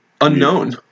Unknown